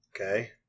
Okay